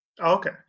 Okay